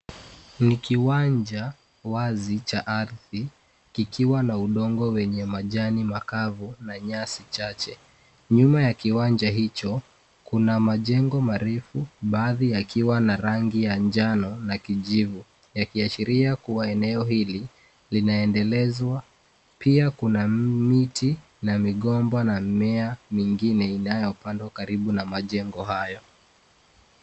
Ni kiwanja wazi cha ardhi kikiwa na udongo wenye majani makavu na nyasi chache. Nyuma ya kiwanja hicho, kuna majengo marefu, baadhi yakiwa na rangi ya njano na kijivu, yakiashiria kuwa eneo hili linaendelezwa. Pia kuna miti na migomba na mimea mingine inayopandwa karibu na majengo hayo.